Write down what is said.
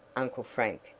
uncle frank,